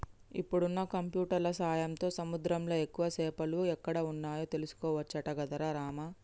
ఇప్పుడున్న కంప్యూటర్ల సాయంతో సముద్రంలా ఎక్కువ చేపలు ఎక్కడ వున్నాయో తెలుసుకోవచ్చట గదరా రామా